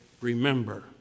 Remember